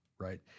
right